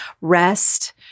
rest